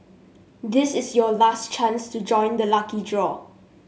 this is your last chance to join the lucky draw